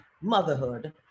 motherhood